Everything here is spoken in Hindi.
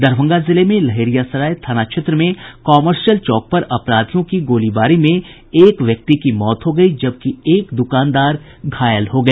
दरभंगा जिले में लहेरियासराय थाना क्षेत्र के कॉमर्शियल चौक पर अपराधियों की गोलीबारी में एक व्यक्ति की मौत हो गयी है जबकि एक दुकानदार घायल हो गया